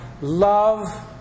love